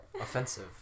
offensive